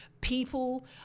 people